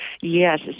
yes